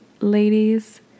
ladies